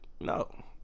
no